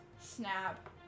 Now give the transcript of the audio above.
snap